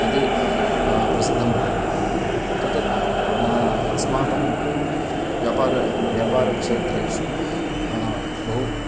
इति प्रसिद्धं वर्तते तत् अस्माकं व्यापारः व्यापारक्षेत्रेषु बहु